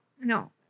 no